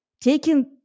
taking